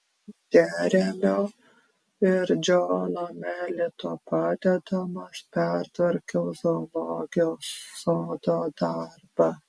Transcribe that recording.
džeremio ir džono melito padedamas pertvarkiau zoologijos sodo darbą